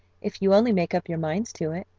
if you only make up your minds to it.